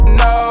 no